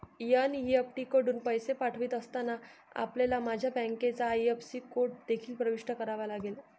NEFT कडून पैसे पाठवित असताना, आपल्याला माझ्या बँकेचा आई.एफ.एस.सी कोड देखील प्रविष्ट करावा लागेल